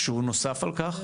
שהוא נוסף על כך?